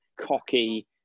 cocky